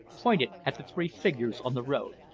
pointed at the three figures on the road.